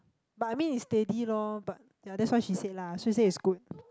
but I mean is steady lor but ya that's what she said lah so she say it's good